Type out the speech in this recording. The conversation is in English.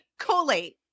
Colate